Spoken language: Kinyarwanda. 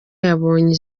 yabonye